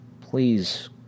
please